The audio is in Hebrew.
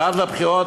ועד לבחירות,